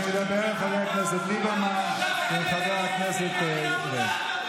אני מדבר אל חבר הכנסת ליברמן עם חבר הכנסת פורר.